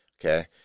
okay